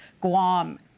Guam